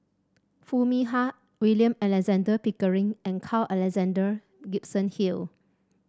Foo Mee Har William Alexander Pickering and Carl Alexander Gibson Hill